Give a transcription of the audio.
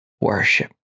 worship